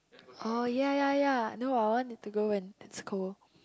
orh ya ya ya no I wanted to go when it's cold